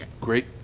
great